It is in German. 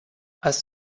was